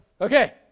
okay